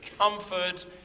comfort